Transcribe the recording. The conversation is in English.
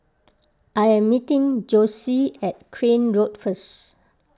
I am meeting Jossie at Crane Road first